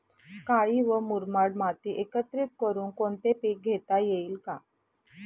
काळी व मुरमाड माती एकत्रित करुन कोणते पीक घेता येईल का?